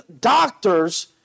doctors